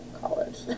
college